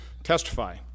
testify